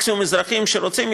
מקסימום אזרחים שרוצים,